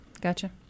Gotcha